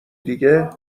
دیگه